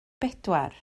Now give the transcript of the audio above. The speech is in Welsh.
bedwar